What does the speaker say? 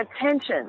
attention